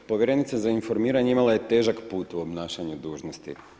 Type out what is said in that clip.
Povjerenica za informiranje imala je težak put u obnašanju dužnosti.